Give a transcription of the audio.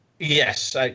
Yes